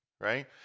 right